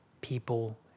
people